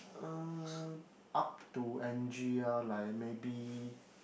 uh up to Angie lah like maybe